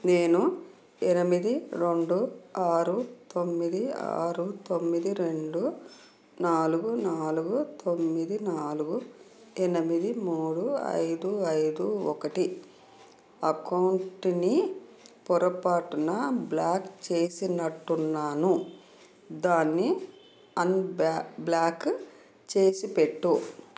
నేను ఎనిమిది రెండు ఆరు తొమ్మిది ఆరు తొమ్మిది రెండు నాలుగు నాలుగు తొమ్మిది నాలుగు ఎనిమిది మూడు ఐదు ఐదు ఒకటి అకౌంటుని పొరపాటున బ్లాక్ చేసినట్టున్నాను దాన్ని అన్బా బ్లాక్ చేసిపెట్టు